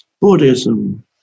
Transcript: Buddhism